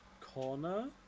corner